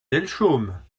delchaume